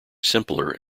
simpler